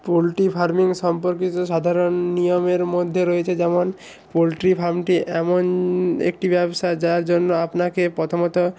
poultry farming সম্পর্কিত সাধারণ নিয়মের মধ্যে রয়েছে যেমন পোলট্রি ফার্মটি এমন একটি ব্যবসা যার জন্য আপনাকে প্রথমত